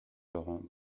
laurent